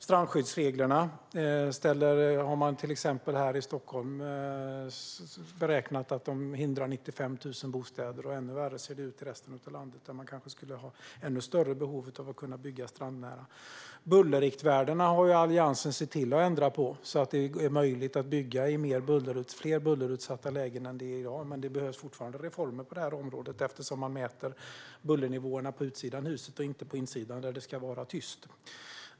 Strandskyddsreglerna har man till exempel här i Stockholm beräknat hindrar 95 000 bostäder, och ännu värre ser det ut i resten av landet där man kanske skulle ha ännu större behov av att kunna bygga strandnära. Bullerriktvärdena har Alliansen sett till att ändra på så att det är möjligt att bygga i fler bullerutsatta lägen än vad det är i dag, men det behövs fortfarande reformer på det här området, eftersom man mäter bullernivåerna på utsidan av huset och inte på insidan där det ska vara tyst.